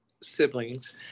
siblings